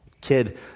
kid